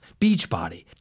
Beachbody